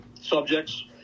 Subjects